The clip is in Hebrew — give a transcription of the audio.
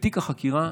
בתיק החקירה,